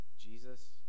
Jesus